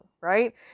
right